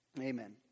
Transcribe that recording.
Amen